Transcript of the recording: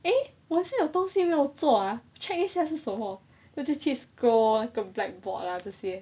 eh 我好像有东西没有做啊 then 我就去 scroll lor 那个 blackboard 这些